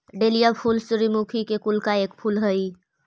dahlia फूल सूर्यमुखी के कुल का एक फूल हई